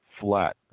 Flat